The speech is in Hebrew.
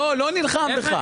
לא, לא נלחם בך.